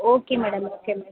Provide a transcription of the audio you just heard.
okay madam okay madam